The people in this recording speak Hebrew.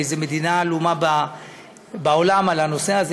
באיזו מדינה עלומה בעולם על הנושא הזה.